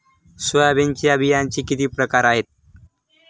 सोयाबीनच्या बियांचे किती प्रकार आहेत?